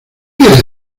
quieres